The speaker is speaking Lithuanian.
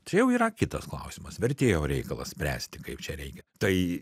čia jau yra kitas klausimas vertėjo reikalas spręsti kaip čia reikia tai